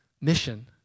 mission